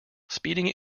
speeding